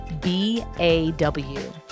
B-A-W